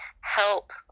help